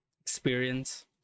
experience